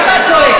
למה את צועקת?